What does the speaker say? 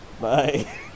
Bye